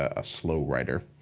a slow writer